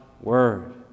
word